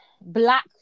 black